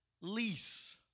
lease